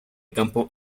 campo